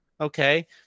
okay